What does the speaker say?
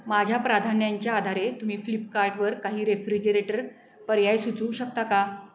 माझ्या प्राधान्यांच्या आधारे तुम्ही फ्लिपकार्टवर काही रेफ्रिजिरेटर पर्याय सुचवू शकता का